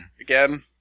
Again